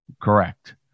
Correct